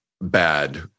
bad